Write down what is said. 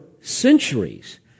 centuries